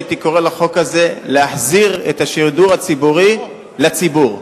הייתי קורא לחוק הזה "להחזיר את השידור הציבורי לציבור".